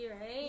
right